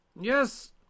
Yes